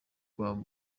cyo